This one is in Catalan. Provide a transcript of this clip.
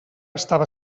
estava